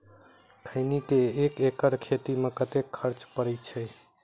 खैनी केँ एक एकड़ खेती मे कतेक खर्च परै छैय?